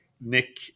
Nick